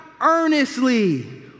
Earnestly